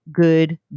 good